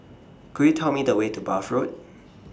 Could Tell Me The Way to Bath Road